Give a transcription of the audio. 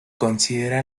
considera